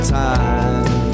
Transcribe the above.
time